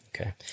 Okay